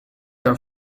are